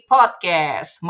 Podcast